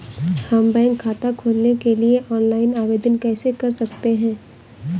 हम बैंक खाता खोलने के लिए ऑनलाइन आवेदन कैसे कर सकते हैं?